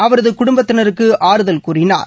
அவரது குடும்பத்தினருக்கு ஆறுதல் கூறினார்